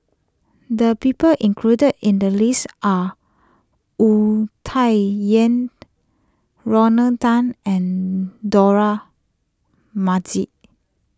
the people included in the list are Wu Tsai Yen Rodney Tan and Dollah Majid